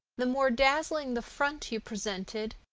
the more dazzling the front you presented,